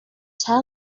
tell